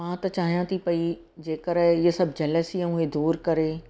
मां त चाहियां थी पई जेकर इहे सभु जेलसियूं ई दूरि करे